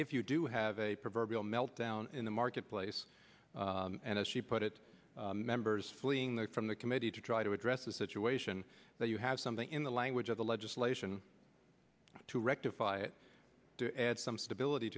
if you do have a proverbial meltdown in the marketplace and as she put it members fleeing there from the committee to try to address the situation that you have something in the language of the legislation to rectify it to add some stability